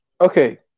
Okay